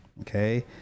Okay